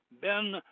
ben